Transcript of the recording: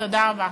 תודה רבה.